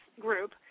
group